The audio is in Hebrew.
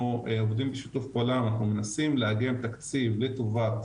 אנחנו עובדים שיתוף פעולה ואנחנו מנסים לאגם תקציב לטובת